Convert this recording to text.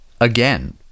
Again